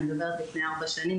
זה קרה לפני ארבע שנים,